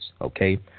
okay